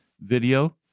video